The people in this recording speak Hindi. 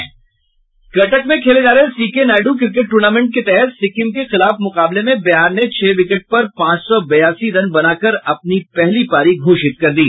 कटक में खेले जा रहे सीके नायडू क्रिकेट टूर्नामेंट के तहत सिक्किम के खिलाफ मुकाबले में बिहार ने छह विकेट पर पांच सौ बयासी रन बनाकर अपनी पहली पारी घोषित कर दी